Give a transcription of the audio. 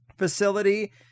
facility